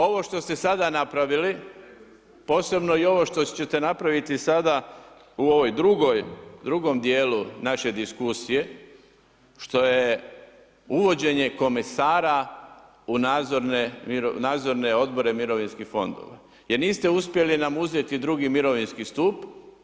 Ovo što ste sada napravili posebno i ovo što ćete napraviti sada u ovom drugom dijelu naše diskusije što je uvođenje komesara u nadzorne odbore mirovinskih fondova, jer niste uspjeli nam uzeti drugi mirovinsku stup.